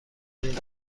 این